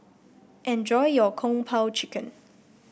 enjoy your Kung Po Chicken